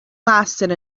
lasted